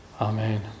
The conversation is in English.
Amen